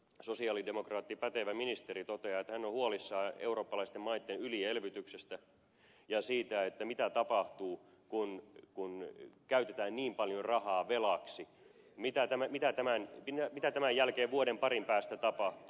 l sosialidemokraatti pätevä ministeri toteaa tämän päivän financial timesissa että hän on huolissaan eurooppalaisten maitten ylielvytyksestä ja siitä mitä tapahtuu kun käytetään niin paljon rahaa velaksi mitä tämän jälkeen vuoden parin päästä tapahtuu